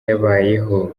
yabayeho